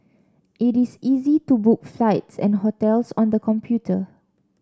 it is easy to book flights and hotels on the computer